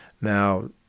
Now